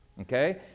okay